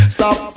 Stop